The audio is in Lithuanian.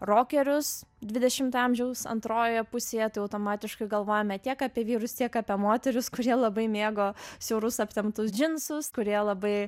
rokerius dvidešimto amžiaus antrojoje pusėje tai automatiškai galvojame tiek apie vyrus tiek apie moteris kurie labai mėgo siaurus aptemptus džinsus kurie labai